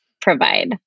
provide